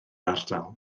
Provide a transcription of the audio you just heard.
ardal